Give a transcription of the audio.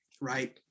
right